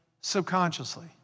subconsciously